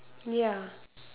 ya